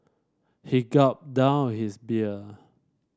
he gulped down his beer